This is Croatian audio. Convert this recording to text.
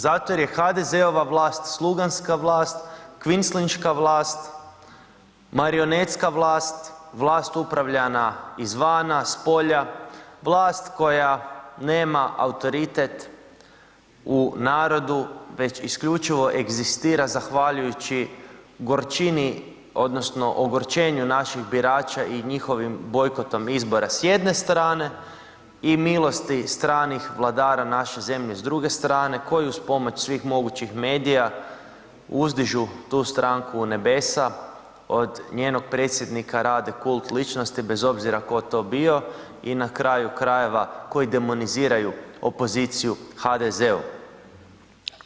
Zato jer je HDZ-ova vlast sluganska vlast, kvislinška vlast, marionetska vlast, vlast upravljana izvana s polja, vlast koja nema autoritet u narodu već isključivo egzistira zahvaljujući gorčini odnosno ogorčenju naših birača i njihovim bojkotom izbora s jedne strane i milosti stranih vlada naše zemlje s druge strane koji uz pomoć svih mogućih medija uzdižu tu stranku u nebesa, od njenog predsjednika rade kult ličnosti bez obzira tko to bio i na kraju krajeve koji demoniziraju opoziciju HDZ-u.